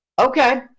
Okay